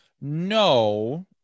No